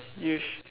you should